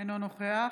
אינו נוכח